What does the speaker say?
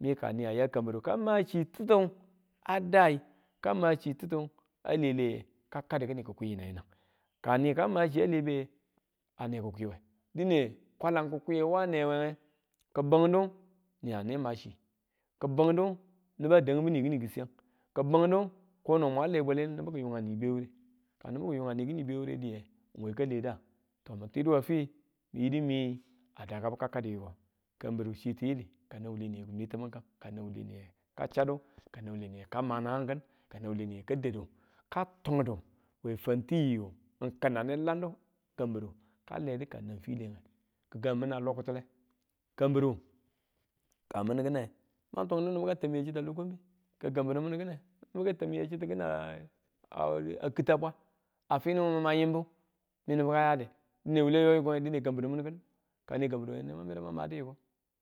Mi kani aya kambiru kama chi titu a dai, kama chi titu, a leleye ka kadu kini ki̱kwi yinang yinang kani ka ma chiya a lebe a ne kikwiwe dine kwalan ki̱kiwiye wa newege ki bungdu ni a ne machi, ki bungdu niba a dang bu ni kini kisiyang, ki bungdu kono mwan le bwale nibu ki yungani be wure ka nibu ki yungani kimi bewure diye we ka leda to min tiduwe fi min yidu mi a dakabu ka kadu yiko kambiru chi tiyili kanang wule niye ki nwe tamang kang ka nau wuleniye ka chadu ka namg wule niye ka ma nang kin ka nang wule niye ka dadu ka tungdu we fantiyu n kina ne landu kambiru ka ledu kanan file kigang mina lo kitule kabiru ka min ni kine man tundu nibu ka tamiye chita lo kambe ka kambiru min kine mang tungdu nibu ka ten miye chita kina a- a- a a kita bwa a finu mun ma yibu fi nibu ka yade, dine wule yo yikonge dine kambirumu kinine, ane kambirwe neman medu mang madu yiko